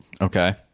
okay